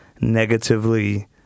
negatively